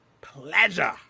pleasure